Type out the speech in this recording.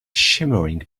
shimmering